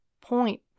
point